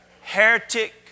heretic